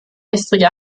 gestrige